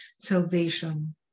salvation